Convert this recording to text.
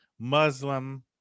muslim